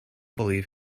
believe